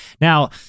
Now-